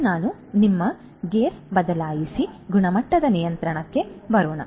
ಈಗ ನಾವು ನಮ್ಮ ಗೇರ್ ಬದಲಾಯಿಸಿ ಗುಣಮಟ್ಟದ ನಿಯಂತ್ರಣಕ್ಕೆ ಬರೋಣ